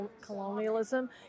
colonialism